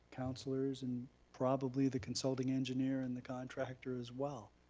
councilors and probably the consulting engineer and the contractor as well.